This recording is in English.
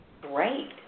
Great